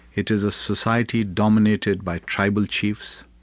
it is a society dominated by tribal chiefs,